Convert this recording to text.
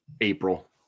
April